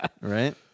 right